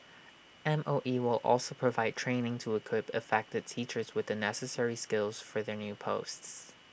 M O E will also provide training to equip affected teachers with the necessary skills for their new posts